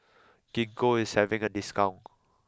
gingko is having a discount